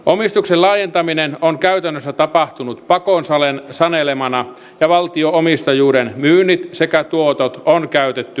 omistuksen laajentaminen on käytännössä tapahtunut pakon sanelemana ja valtio omistajuuden myynnit sekä tuotot on käytetty budjetin paikkaamiseksi